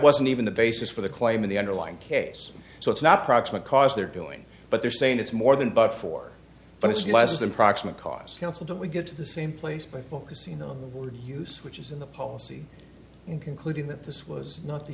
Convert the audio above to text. wasn't even the basis for the claim in the underlying case so it's not proximate cause they're doing but they're saying it's more than but for but it's less than proximate cause counsel don't we get to the same place by focusing on the word use which is in the policy in concluding that this was not the